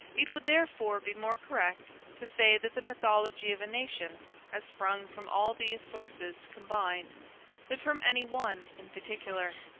it would therefore be more correct to say that the mythology of a nation has sprung from all these sources combined than from any one in particular.